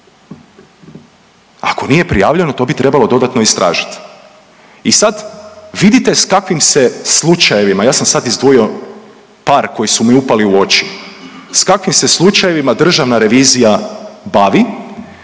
ako nije prijavljeno to bi trebalo dodatno istražit. I sad vidite s kakvim se slučajevima, ja sam sad izdvojio par koji su mi upali u oči, s kakvim se slučajevima državna revizija bavi,